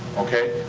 okay?